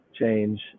change